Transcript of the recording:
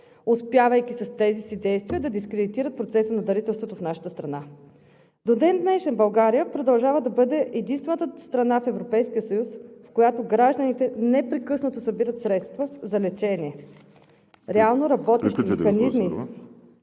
успявайки с тези си действия да дискредитират процеса на дарителството в нашата страна. До ден днешен България продължава да бъде единствената страна в Европейския съюз, в която гражданите непрекъснато събират средства за лечение. Реално работещи механизми